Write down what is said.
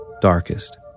Darkest